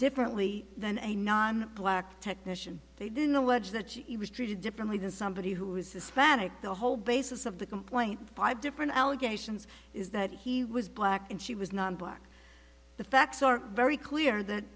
differently than a non black technician they didn't know what that she was treated differently than somebody who is hispanic the whole basis of the complaint five different allegations is that he was black and she was not black the facts are very clear that